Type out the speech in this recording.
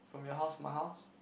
from your house my house